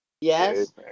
Yes